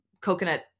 coconut